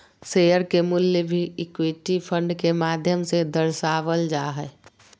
share के मूल्य भी इक्विटी फंड के माध्यम से दर्शावल जा हय